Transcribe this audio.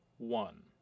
One